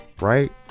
Right